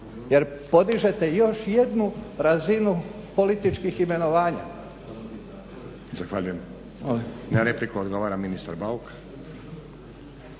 jer podižete još jednu razinu političkih imenovanja.